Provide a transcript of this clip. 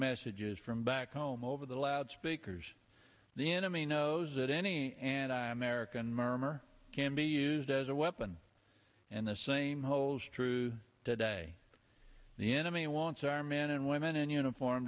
messages from back home over the last speakers the enemy knows that any and i merican murmur can be used as a weapon and the same holds true today the enemy wants our men and women in uniform